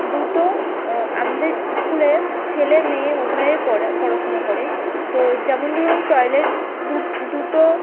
দুটো আমাদের স্কুলের ছেলে মেয়ে উভয়ে পড়া পড়াশুনো করে তো যেমন ধরুন টয়লেট দু দুটো